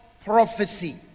prophecy